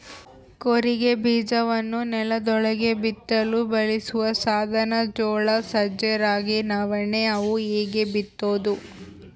ಕೂರಿಗೆ ಬೀಜವನ್ನು ನೆಲದೊಳಗೆ ಬಿತ್ತಲು ಬಳಸುವ ಸಾಧನ ಜೋಳ ಸಜ್ಜೆ ರಾಗಿ ನವಣೆ ಅವು ಹೀಗೇ ಬಿತ್ತೋದು